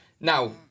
Now